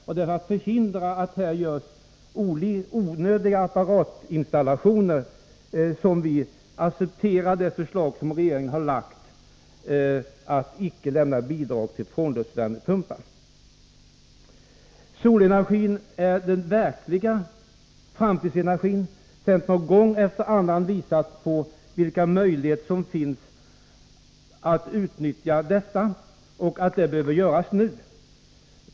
Det är för att förhindra onödiga apparatinstallationer som vi har accepterat det förslag som regeringen lagt fram om att icke lämna bidrag till frånluftsvärmepumpar. Solenergi är den verkliga framtidsenergin. Centern har gång efter annan visat på vilka möjligheter som finns när det gäller att utnyttja solenergi. Dessa möjligheter behöver tillvaratas nu.